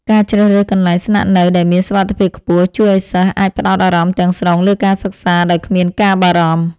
ការជ្រើសរើសកន្លែងស្នាក់នៅដែលមានសុវត្ថិភាពខ្ពស់ ជួយឱ្យសិស្សអាចផ្តោតអារម្មណ៍ទាំងស្រុងលើការសិក្សាដោយគ្មានការបារម្ភ។